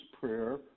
prayer